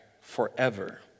forever